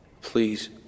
Please